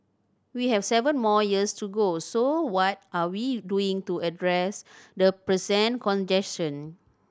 we have seven more years to go so what are we doing to address the present congestion